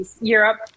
Europe